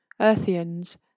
Earthians